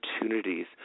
opportunities